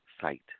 Site